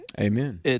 Amen